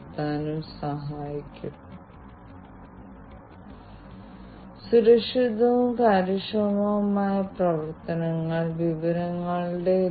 അതിനാൽ അതാണ് സെമാന്റിക് ഇന്ററോപ്പറബിളിറ്റിയും സുരക്ഷ സ്വകാര്യത പ്രശ്നങ്ങൾ സ്റ്റാൻഡേർഡൈസേഷൻ ആശങ്കകൾ എന്നിവയും ഈ സാഹചര്യത്തിൽ വളരെ പ്രധാനമാണ്